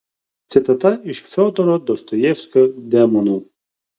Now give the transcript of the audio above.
citata iš fiodoro dostojevskio demonų